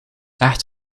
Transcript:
echt